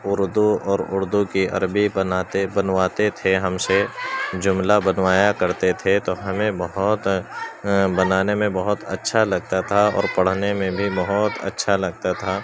اردو اور اردو کی عربی بناتے بنواتے تھے ہم سے جملہ بنوایا کرتے تھے تو ہمیں بہت بنانے میں بہت اچھا لگتا تھا اور پڑھنے میں بھی بہت اچھا لگتا تھا